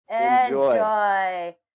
Enjoy